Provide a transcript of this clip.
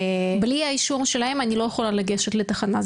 בלי האישור שלהם אני לא יכולה לגשת לתחנה,